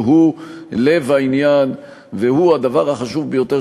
הוא בעד, הוא בעד זכויות,